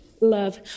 love